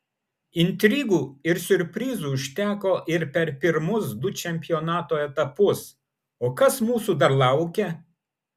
intrigų ir siurprizų užteko ir per pirmus du čempionato etapus o kas mūsų dar laukia